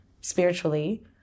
spiritually